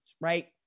right